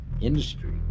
industry